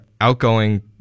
outgoing